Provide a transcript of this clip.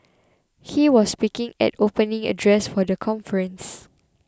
he was speaking at opening address for the conference